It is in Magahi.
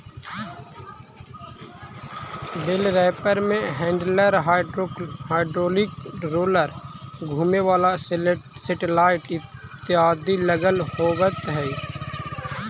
बेल रैपर में हैण्डलर, हाइड्रोलिक रोलर, घुमें वाला सेटेलाइट इत्यादि लगल होवऽ हई